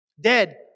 Dead